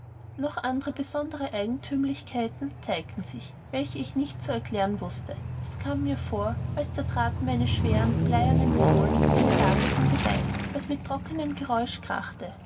noch andere besondere eigenthümlichkeiten zeigten sich welche ich nicht zu erklären wußte es kam mir vor als zertraten meine schweren bleiernen sohlen eine lage von gebein das mit trockenem geräusch krachte